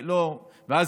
אני זוכר,